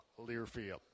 Learfield